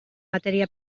matèria